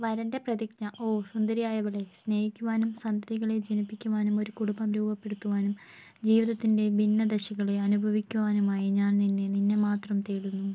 വരൻ്റെ പ്രതിജ്ഞ ഓ സുന്ദരിയായവളേ സ്നേഹിക്കുവാനും സന്തതികളെ ജനിപ്പിക്കുവാനും ഒരു കുടുംബം രൂപപ്പെടുത്തുവാനും ജീവിതത്തിൻ്റെ ഭിന്ന ദശകളെ അനുഭവിക്കുവാനുമായി ഞാൻ നിന്നെ നിന്നെ മാത്രം തേടുന്നു